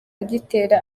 agitera